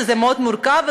שהוא מאוד מורכב,